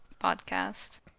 podcast